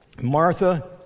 Martha